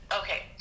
Okay